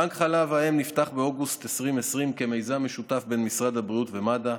בנק חלב האם נפתח באוגוסט 2020 כמיזם משותף בין משרד הבריאות למד"א.